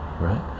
right